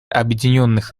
объединенных